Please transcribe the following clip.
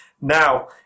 now